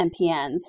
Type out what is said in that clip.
MPNs